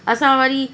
असां वरी